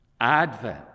Advent